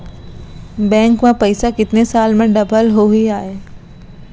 Bank में पइसा कितने साल में डबल होही आय?